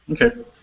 Okay